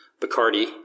Bacardi